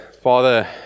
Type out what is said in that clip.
Father